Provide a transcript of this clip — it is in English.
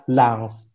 lungs